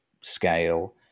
scale